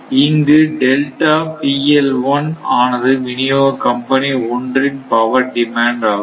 இங்கு delta PL 1 ஆனது விநியோக கம்பெனி ஒன்றின் பவர் டிமாண்ட் ஆகும்